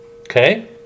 Okay